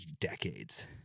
decades